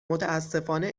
متأسفانه